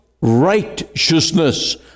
righteousness